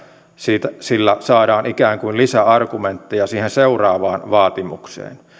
siitä että sillä saadaan ikään kuin lisäargumentteja siihen seuraavaan vaatimukseen